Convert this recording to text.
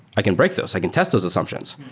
i can break those. i can test those assumptions.